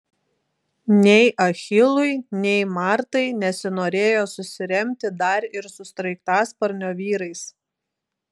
nei achilui nei martai nesinorėjo susiremti dar ir su sraigtasparnio vyrais